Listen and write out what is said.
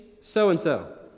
so-and-so